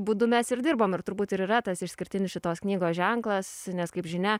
būdu mes ir dirbom ir turbūt ir yra tas išskirtinis šitos knygos ženklas nes kaip žinia